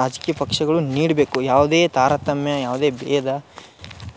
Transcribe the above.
ರಾಜಕೀಯ ಪಕ್ಷಗಳು ನೀಡಬೇಕು ಯಾವುದೇ ತಾರತಮ್ಯ ಯಾವುದೇ ಬೇಧ